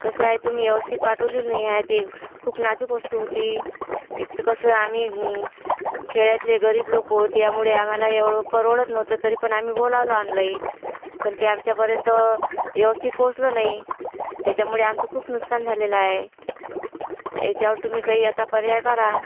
कसं आहे तुम्ही व्यवस्थित पाठवलेली नाही आहे ते खूप नाजूक वस्तू होती एक तर कसं आम्ही खेड्यातले गरीब लोकं आहोत त्यामुळे आम्हाला एवढं परवडत नव्हतं तरी पण आम्ही बोलावलं ऑनलाईन पण ते आमच्यापर्यंत व्यवस्थित पोचलं नाही त्याच्यामुळे आमचं खूप नुकसान झालेलं आहे याच्यावर तुम्ही काही आता पर्याय काढा